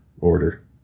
order